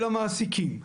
של המעסיקים,